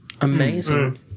Amazing